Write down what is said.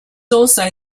also